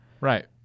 Right